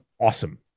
awesome